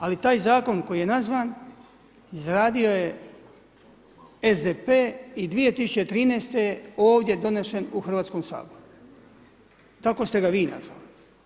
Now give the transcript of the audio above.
Ali taj zakon koji je nazvan izradio je SDP i 2013. je ovdje donesen u Hrvatski sabor, tako ste ga vi nazvali.